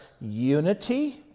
unity